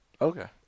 okay